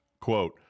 quote